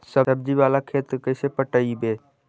सब्जी बाला खेत के कैसे पटइबै?